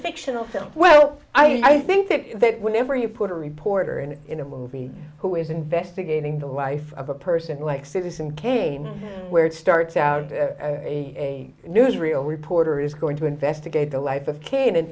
fictional so well i think that that whenever you put a reporter in in a movie who is investigating the life of a person like citizen kane where it starts out a newsreel reporter is going to investigate the life of